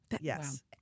Yes